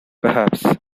perhaps